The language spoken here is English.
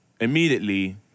Immediately